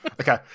Okay